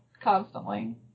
constantly